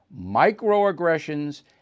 microaggressions